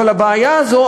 אבל הבעיה הזו,